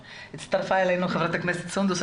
הצטרפה אלינו חברת הכנסת סונדוס,